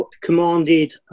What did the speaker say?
commanded